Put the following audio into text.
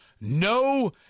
No